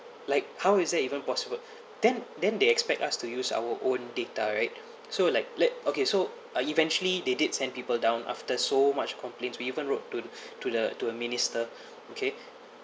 like how is that even possible then then they expect us to use our own data right so like let okay so uh eventually they did send people down after so much complaints we even wrote to the to the to minister okay